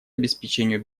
обеспечению